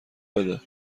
بده